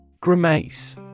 Grimace